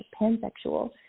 pansexual